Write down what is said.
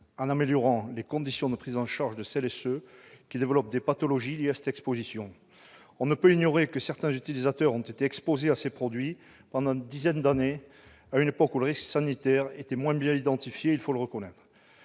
en améliorant les conditions de prise en charge de celles et de ceux qui développent des pathologies liées à cette exposition. On ne peut l'ignorer, certains utilisateurs ont été exposés à ces produits pendant une dizaine d'années, à une époque où le risque sanitaire était moins bien identifié, il faut le reconnaître.